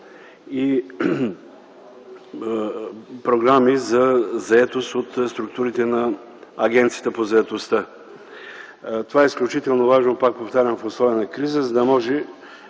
и програми за заетост от структурите на Агенцията по заетостта. Това е изключително важно в условия на криза, за да може